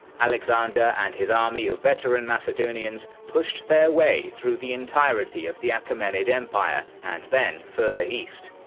alexander and his army of veteran macedonians pushed their way through the entirety of the achaemenid empire, and then further east.